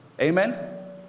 Amen